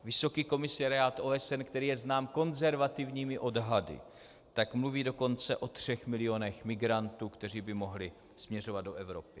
Vysoký komisariát OSN, který je znám konzervativními odhady, mluví dokonce o třech milionech migrantů, kteří by mohli směřovat do Evropy.